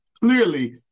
clearly